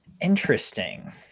Interesting